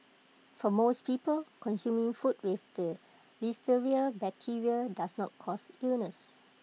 for most people consuming food with the listeria bacteria does not cause illness